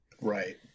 Right